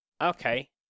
Okay